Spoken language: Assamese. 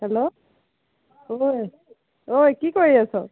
হেল্ল' ঐ কি কৰি আছ